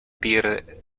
bear